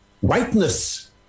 whiteness